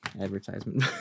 advertisement